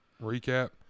recap